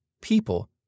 people